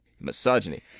misogyny